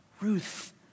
Ruth